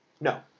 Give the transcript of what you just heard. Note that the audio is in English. No